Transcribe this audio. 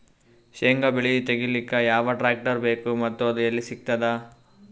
ಶೇಂಗಾ ಬೆಳೆ ತೆಗಿಲಿಕ್ ಯಾವ ಟ್ಟ್ರ್ಯಾಕ್ಟರ್ ಬೇಕು ಮತ್ತ ಅದು ಎಲ್ಲಿ ಸಿಗತದ?